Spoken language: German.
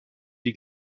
die